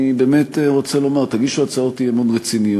אני באמת רוצה לומר: תגישו הצעות אי-אמון רציניות,